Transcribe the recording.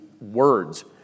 words